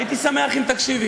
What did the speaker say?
הייתי שמח אם היית מקשיבה.